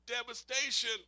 devastation